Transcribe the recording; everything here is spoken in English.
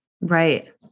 Right